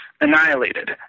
annihilated